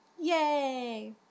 yay